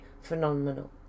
phenomenal